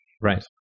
Right